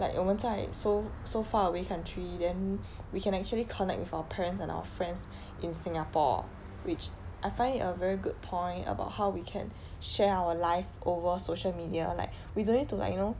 like 我们在 so so far away country then we can actually connect with our parents and our friends in singapore which I find it a very good point about how we can share our life over social media like we don't need to like you know